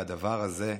והדבר הזה,